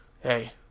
hey